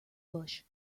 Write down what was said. bush